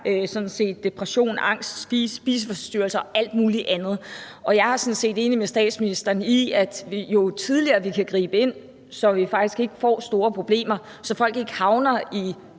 depression, angst, spiseforstyrrelser og alt muligt andet, og jeg er sådan set enig med statsministeren i, at jo tidligere vi kan gribe ind, jo bedre, så vi faktisk ikke får store problemer, og så folk ikke havner i